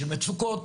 של מצוקות.